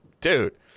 dude